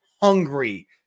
hungry